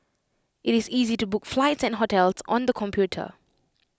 IT is easy to book flights and hotels on the computer